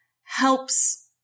helps